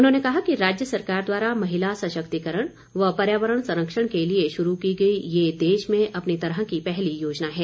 उन्होंने कहा कि राज्य सरकार द्वारा महिला सशक्तिकरण व पर्यावरण संरक्षण के लिए शुरू की गई ये देश में अपनी तरह की पहली योजना है